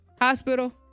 Hospital